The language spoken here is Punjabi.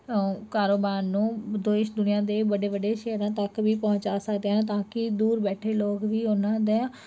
ਕਾਰੋਬਾਰ ਨੂੰ ਦੇਸ਼ ਦੁਨੀਆ ਦੇ ਵੱਡੇ ਵੱਡੇ ਸ਼ਹਿਰਾਂ ਤੱਕ ਵੀ ਪਹੁੰਚਾ ਸਕਦੇ ਹਨ ਤਾਂ ਕਿ ਦੂਰ ਬੈਠੇ ਲੋਕ ਵੀ ਉਹਨਾਂ ਦਾ